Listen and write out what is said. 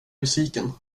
besviken